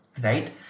right